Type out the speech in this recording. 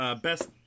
Best